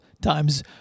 times